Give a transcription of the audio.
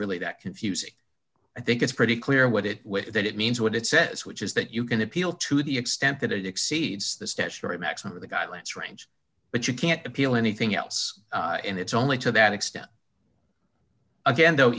really that confusing i think it's pretty clear what it that it means what it says which is that you can appeal to the extent that it exceeds the statutory maximum the guidelines range but you can't appeal anything else and it's only to that extent again though